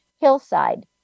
hillside